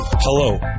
Hello